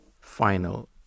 final